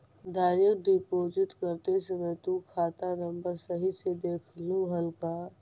Direct deposit करते समय तु खाता नंबर सही से देखलू हल का?